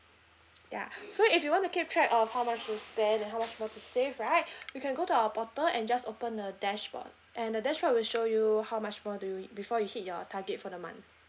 ya so if you want to keep track of how much you spend and how much you want to save right you can go to our portal and just open the dashboard and the dashboard will show you how much more do you need before you hit your target for the month